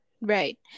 right